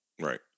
right